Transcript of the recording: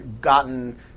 gotten